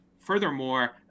Furthermore